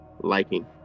liking